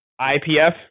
IPF